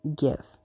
give